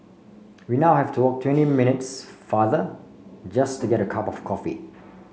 we now have to walk twenty minutes farther just to get cup of coffee